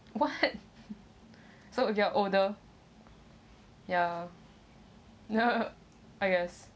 [what] so you are older ya no I guess